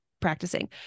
practicing